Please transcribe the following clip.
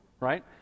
right